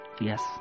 Yes